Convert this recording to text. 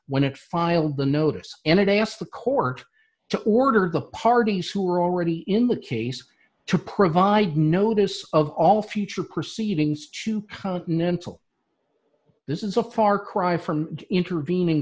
when it filed the notice and a day asked the court to order the parties who are already in the case to provide notice of all future proceedings to continental this is a far cry from intervening